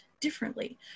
Differently